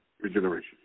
regeneration